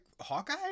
Hawkeye